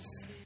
see